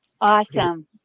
Awesome